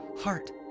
heart